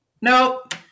nope